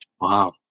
Wow